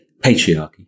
patriarchy